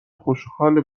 خوشحال